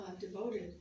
devoted